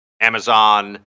Amazon